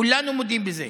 כולנו מודים בזה.